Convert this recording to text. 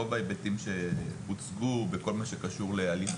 רוב ההיבטים שהוצגו בכל מה שקשור להליך